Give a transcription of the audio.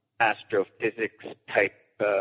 astrophysics-type